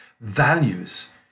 values